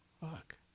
Fuck